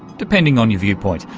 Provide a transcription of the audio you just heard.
depending on your viewpoint.